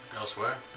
elsewhere